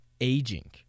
aging